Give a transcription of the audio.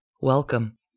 Welcome